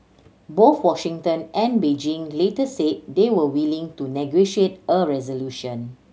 both Washington and Beijing later said they were willing to negotiate a resolution